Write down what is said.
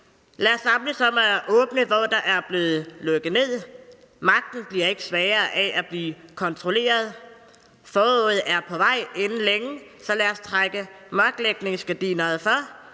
Lad os samles om at åbne, hvor der er blevet lukket ned, for magten bliver ikke svagere af at blive kontrolleret. Foråret er på vej inden længe, så lad os trække mørklægningsgardinet fra,